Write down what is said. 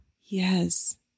Yes